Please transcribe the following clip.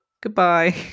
Goodbye